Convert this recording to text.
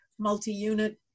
multi-unit